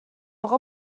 اقا